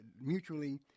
mutually